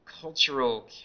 cultural